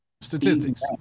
statistics